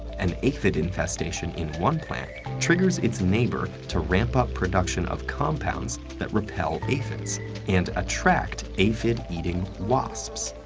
an aphid investation in one plant triggers its neighbor to ramp up production of compounds that repel aphids and attract aphid-eating wasps.